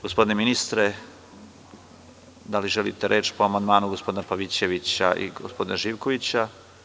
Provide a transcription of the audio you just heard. Gospodine ministre da li želite reč po amandmanu gospodina Pavićevića i gospodina Živkovića?